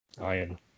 Iron